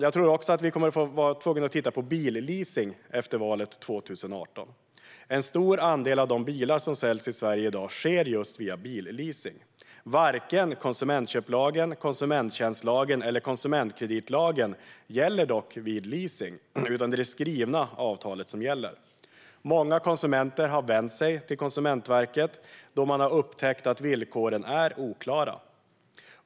Jag tror att vi kommer att bli tvungna att titta också på billeasing efter valet 2018. En stor andel av de bilar som säljs i Sverige i dag säljs just via leasing. Varken konsumentköplagen, konsumenttjänstlagen eller konsumentkreditlagen gäller dock vid leasing, utan det är det skrivna avtalet som gäller. Många konsumenter har vänt sig till Konsumentverket när de har upptäckt att villkoren är oklara.